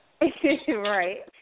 Right